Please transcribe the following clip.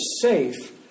safe